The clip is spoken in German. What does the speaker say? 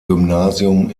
gymnasium